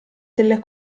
delle